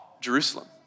Jerusalem